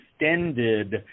extended